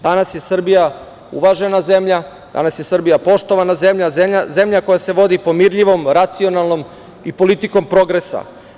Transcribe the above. Danas je Srbija uvažena zemlja, danas je Srbija poštovana zemlja, zemlja koja se vodi pomirljivom, racionalnom i pomirljivom politikom progresa.